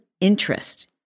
interest